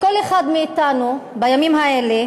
כל אחד מאתנו בימים האלה